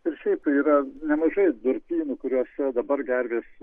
ir šiaip yra nemažai durpynų kuriuose dabar gervės